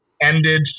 ended